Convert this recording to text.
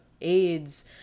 AIDS